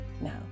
now